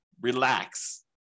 relax